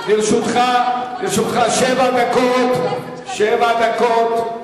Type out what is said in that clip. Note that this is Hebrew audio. איפה חברי הכנסת של הליכוד?